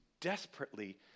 desperately